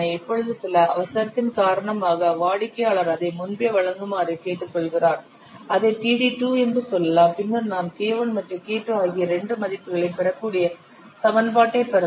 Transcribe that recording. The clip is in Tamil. இப்போது சில அவசரத்தின் காரணமாக வாடிக்கையாளர் அதை முன்பே வழங்குமாறு கேட்டுக்கொள்கிறார் அதை td2 என்று சொல்லலாம் பின்னர் நாம் K1 மற்றும் K2 ஆகிய இரண்டு மதிப்புகளைப் பெறக்கூடிய சமன்பாட்டைப் பெறலாம்